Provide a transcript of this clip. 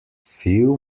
few